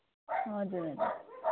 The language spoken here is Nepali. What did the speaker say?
हजुर हजुर